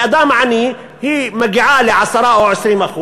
באדם עני היא מגיעה ל-10% או 20%,